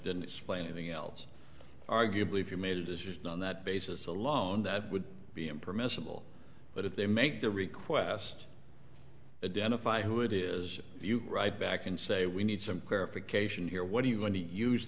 didn't explain anything else arguably if you made a decision on that basis alone that would be impermissible but if they make the request a dent if i who it is you write back and say we need some clarification here what are you going to use